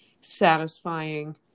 satisfying